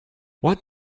what